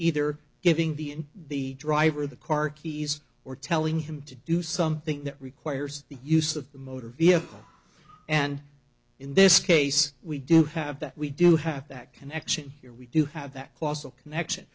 either giving the in the driver the car keys or telling him to do something that requires the use of the motor vehicle and in this case we do have that we do have that connection here we do have that causal connection